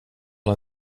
den